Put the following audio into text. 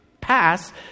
pass